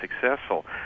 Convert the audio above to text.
successful